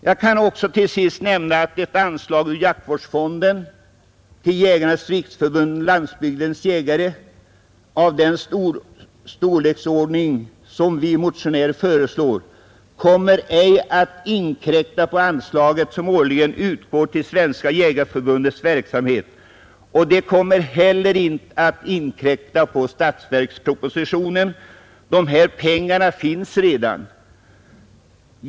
Jag kan också till sist nämna att ett anslag ur jaktvårdsfonden till Jägarnas riksförbund —Landsbygdens jägare av den storleksordning som vi motionärer föreslår ej kommer att inkräkta på det anslag som årligen utgår till Svenska jägareförbundets verksamhet. Det kommer heller inte att inkräkta på anslagen i statsverkspropositionen. Dessa pengar finns redan.